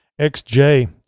XJ